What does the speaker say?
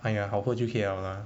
!aiya! 好喝就可以 liao lah